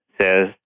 says